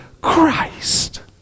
Christ